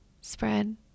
spread